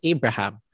Abraham